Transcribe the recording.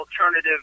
alternative